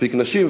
מספיק נשים,